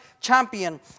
champion